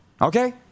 Okay